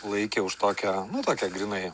laikė už tokią nu tokia grynai